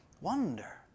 wonder